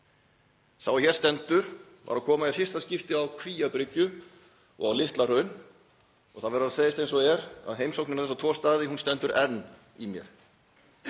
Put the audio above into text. er hér stendur var að koma í fyrsta skipti á Kvíabryggju og Litla-Hraun og það verður að segjast eins og er að heimsóknin á þessa tvo staði situr enn í mér.